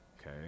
okay